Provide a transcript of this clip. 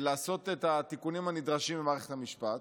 לעשות את התיקונים הנדרשים במערכת המשפט,